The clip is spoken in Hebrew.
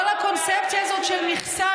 כל הקונספציה הזאת של מכסה,